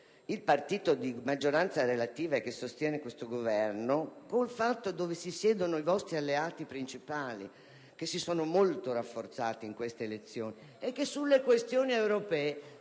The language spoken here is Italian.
il partito di maggioranza relativa che sostiene questo Governo con il posto in cui siedono i suoi alleati principali, che si sono molto rafforzati in queste elezioni e che sulle questioni europee